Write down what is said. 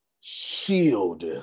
shield